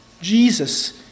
Jesus